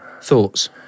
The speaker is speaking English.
thoughts